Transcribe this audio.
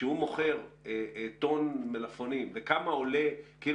כשהוא מוכר טון מלפפונים וכמה עולה קילו